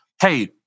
Hey